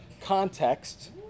context